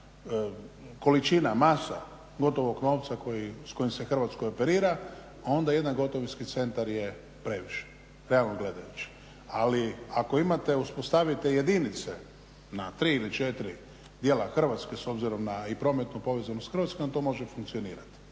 količina, masa, gotovog novca s kojim se Hrvatsku operira onda jedan gotovinski centar je previše, realno gledajući. Ali ako imate, uspostavite jedinice na tri ili četiri dijela Hrvatske s obzirom na i prometnu povezanost Hrvatske onda to može funkcionirati.